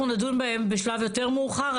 אנחנו נדון בהם בשלב יותר מאוחר.